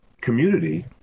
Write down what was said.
community